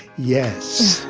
yes